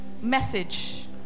Message